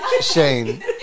Shane